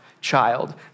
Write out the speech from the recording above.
child